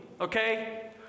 okay